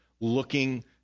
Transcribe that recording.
looking